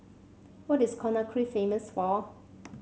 what is Conakry famous for